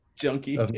junkie